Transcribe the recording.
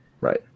Right